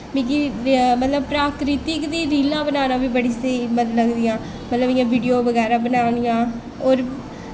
मिगी मतलब प्राकृतिक दी रीलां बनाना बी बड़ी स्हेई लगदी ऐ मतलब इ'यां विडियो बगैरा बनान्नी आं होर